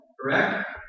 correct